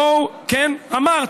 בואו, כן, אמרת.